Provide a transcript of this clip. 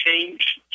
change